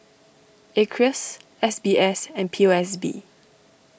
Acres S B S and P O S B